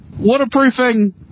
Waterproofing